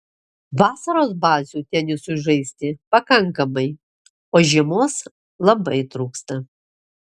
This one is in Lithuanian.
vasaros bazių tenisui žaisti pakankamai o žiemos labai trūksta